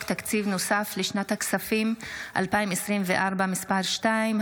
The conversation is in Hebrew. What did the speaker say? תקציב נוסף לשנת הכספים 2024 (מס' 2),